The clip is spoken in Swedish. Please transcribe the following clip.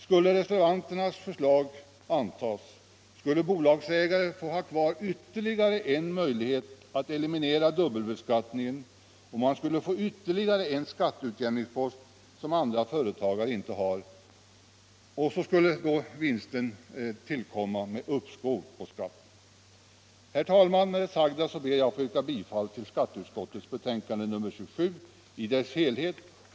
Skulle reservanternas förslag antas, skulle bolagsägare få ha kvar ytterligare en möjlighet att eliminera dubbelbeskattningen, och man skulle få ytterligare en skatteutjämningspost som andra företagare inte har. Sedan skulle vinsten tillkomma med uppskov på skatten. Herr talman! Med det sagda ber jag att få yrka bifall till skatteutskottets hemställan i betänkandet nr 27 i dess helhet.